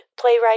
playwright